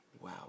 Wow